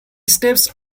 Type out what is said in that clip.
steps